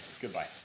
Goodbye